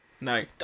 No